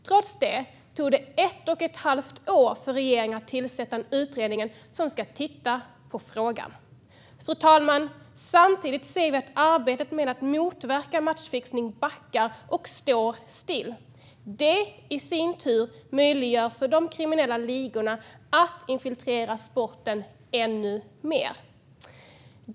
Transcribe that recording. Trots det tog det ett och ett halvt år för regeringen att tillsätta en utredning som ska titta på frågan. Fru talman! Samtidigt ser vi att arbetet med att motverka matchfixning backar och nu står still, vilket möjliggör för kriminella ligor att infiltrera sporten ännu mer.